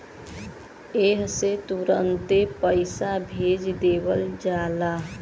एह से तुरन्ते पइसा भेज देवल जाला